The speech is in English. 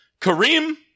Kareem